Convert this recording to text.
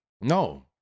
no